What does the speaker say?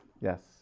Yes